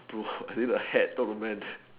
bro I need a hat not a man